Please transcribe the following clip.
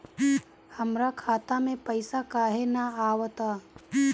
हमरा खाता में पइसा काहे ना आव ता?